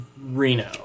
Reno